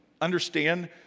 understand